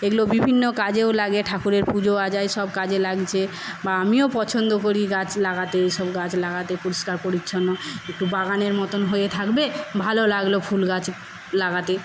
এগুলো বিভিন্ন কাজেও লাগে ঠাকুরের পুজো আজায় সব কাজে লাগছে বা আমিও পছন্দ করি গাছ লাগাতে এইসব গাছ লাগাতে পরিষ্কার পরিচ্ছন্ন একটু বাগানের মতন হয়ে থাকবে ভালো লাগলো ফুল গাছ লাগাতে